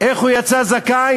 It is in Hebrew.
איך הוא יצא זכאי?